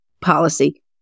policy